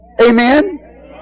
Amen